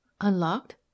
Unlocked